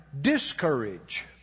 discourage